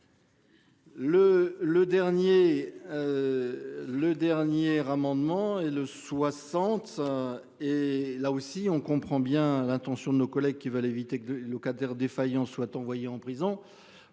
Le dernier. Amendement et le 60. Et là aussi, on comprend bien l'intention de nos collègues qui veulent éviter que des locataires défaillants soit envoyé en prison.